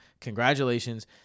Congratulations